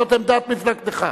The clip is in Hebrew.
זאת עמדת מפלגתך.